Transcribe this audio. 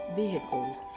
vehicles